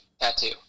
tattoo